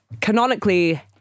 canonically